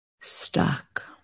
stuck